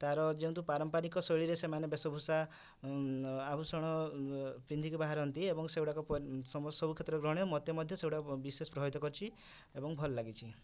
ତାର ଯେହେତୁ ପାରମ୍ପାରିକ ଶୈଳୀରେ ସେମାନେ ବେଶଭୁଷା ଆଭୂଷଣ ପିନ୍ଧିକି ବାହାରନ୍ତି ଏବଂ ସେଗୁଡ଼ାକ ସବୁ କ୍ଷେତ୍ରରେ ଗ୍ରହଣୀୟ ମୋତେ ମଧ୍ୟ ସେଗୁଡ଼ାକ ବିଶେଷ ପ୍ରଭାବିତ କରିଛି ଏବଂ ଭଲ ଲାଗିଛି